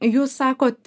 jūs sakot